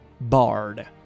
Bard